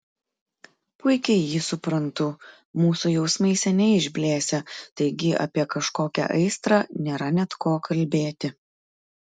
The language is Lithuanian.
puikiai jį suprantu mūsų jausmai seniai išblėsę taigi apie kažkokią aistrą nėra net ko kalbėti